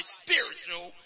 spiritual